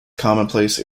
commonplace